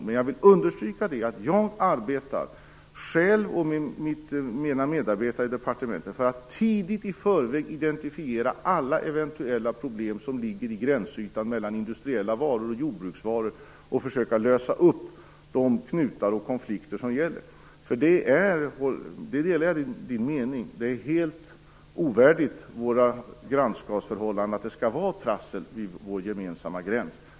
Men jag vill understryka att jag och mina medarbetare i departementet arbetar för att långt i förväg identifiera alla eventuella problem i gränsytan mellan industriella varor och jordbruksvaror och försöka lösa upp de knutar och konflikter som finns. Jag delar Kjell Ericssons mening. Trassel vid vår gemensamma gräns är helt ovärdigt våra grannförhållanden.